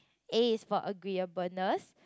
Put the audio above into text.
A is for agreeableness